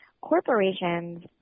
corporations